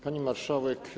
Pani Marszałek!